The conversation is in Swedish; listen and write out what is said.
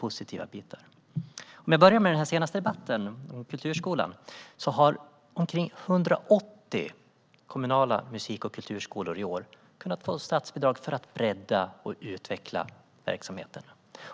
Om jag börjar med den senaste debatten om kulturskolan är det så att omkring 180 kommunala musik och kulturskolor i år har kunnat få statsbidrag för att bredda och utveckla verksamheten.